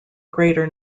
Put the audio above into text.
greater